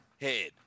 head